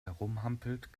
herumhampelt